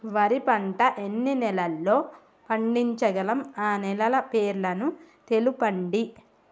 వరి పంట ఎన్ని నెలల్లో పండించగలం ఆ నెలల పేర్లను తెలుపండి?